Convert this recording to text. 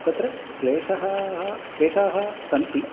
तत्र क्लेशः क्लेशाः सन्ति